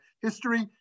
history